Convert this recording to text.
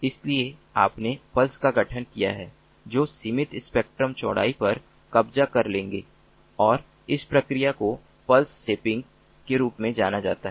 इसलिए आपने पल्स का गठन किया है जो सीमित स्पेक्ट्रम चौड़ाई पर कब्जा कर लेंगे और इस प्रक्रिया को पल्स शेपिंग के रूप में जाना जाता है